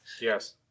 Yes